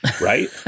Right